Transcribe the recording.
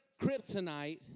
kryptonite